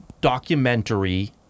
documentary